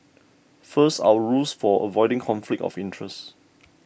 first our rules for avoiding conflict of interest